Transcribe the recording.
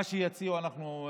מה שיציעו מקובל.